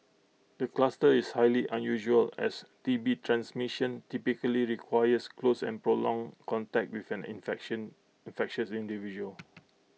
the cluster is highly unusual as T B transmission typically requires close and prolonged contact with an infection infectious individual